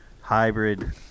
hybrid